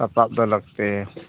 ᱥᱟᱯᱟᱯ ᱫᱚ ᱞᱟᱹᱠᱛᱤ